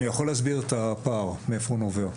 אני יכול להסביר מאיפה הפער נובע.